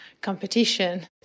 competition